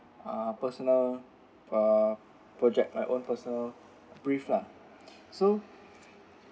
ah personal pro~ project my own personal brief lah so